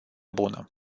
bună